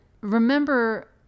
remember